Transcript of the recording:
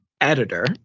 editor